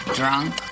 drunk